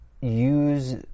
use